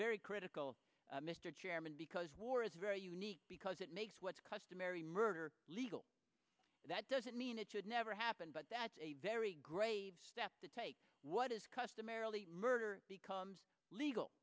very critical mr chairman because war is very unique because it makes what's customary murder legal that doesn't mean it should never happen but that's a very grave step to take what is customarily murder becomes legal